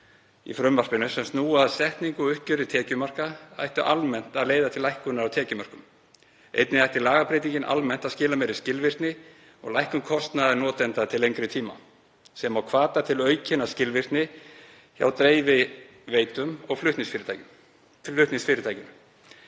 í frumvarpinu sem snúa að setningu og uppgjöri tekjumarka ættu almennt að leiða til lækkunar á tekjumörkum. Einnig ætti lagabreytingin almennt að skila meiri skilvirkni og lækkun kostnaðar notenda til lengri tíma, sem og hvata til aukinnar skilvirkni hjá dreifiveitum og flutningsfyrirtækinu.